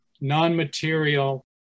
non-material